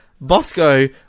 Bosco